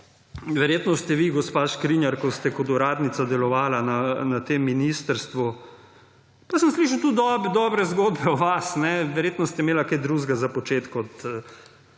verjetno ste vi, gospa Škrinjar, ko ste kot uradnica delovala na tem ministrstvu. Jaz sem slišal tudi dobre zgodbe o vas, verjetno ste imela kaj drugega za početi kot